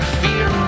fear